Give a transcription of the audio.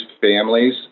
families